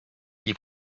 qui